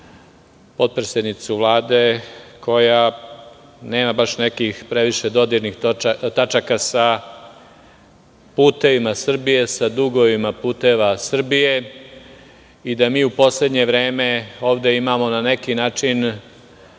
potpredsednicu Vlade koja nema baš nekih previše dodirnih tačaka sa "Putevima Srbije",sa dugovima "Puteva Srbije" i da mi u poslednje vreme ovde imamo na neki način